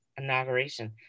Inauguration